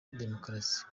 demokarasi